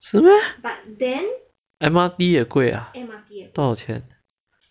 是咩 M_R_T 也贵啊多少钱